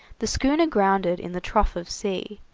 the schooner grounded in the trough of sea,